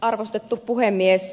arvostettu puhemies